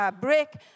brick